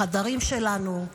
בחדרים שלנו.